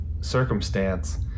circumstance